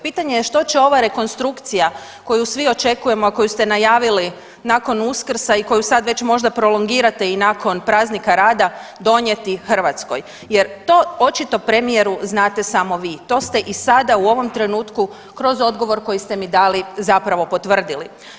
Pitanje je što će ova rekonstrukcija koju svi očekujemo, a koju ste najavili nakon Uskrsa i koju sada već možda prolongirate i nakon praznika rada donijeti Hrvatskoj jer to očito premijeru znate samo vi, to ste i sada u ovom trenutku kroz odgovor koji ste mi dali zapravo potvrdili.